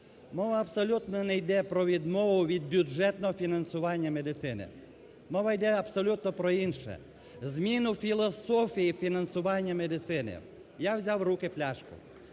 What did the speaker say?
Мова абсолютно не йде про відмову від бюджетного фінансування медицини, мова йде абсолютно про інше – зміну філософії фінансування медицини. Я взяв у руки пляшку.